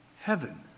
heaven